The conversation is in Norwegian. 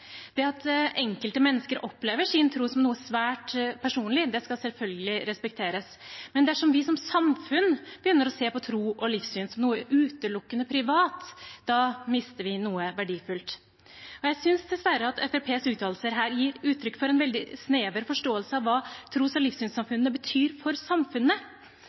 Det at enkelte mennesker opplever sin tro som noe svært personlig, skal selvfølgelig respekteres. Men dersom vi som samfunn begynner å se på tro og livssyn som noe utelukkende privat, mister vi noe verdifullt, og jeg synes dessverre at Fremskrittspartiets uttalelser her gir uttrykk for en veldig snever forståelse av hva tros- og livssynssamfunnene betyr for samfunnet.